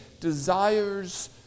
desires